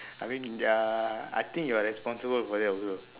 I mean uh I think you're responsible for that also